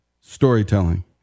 storytelling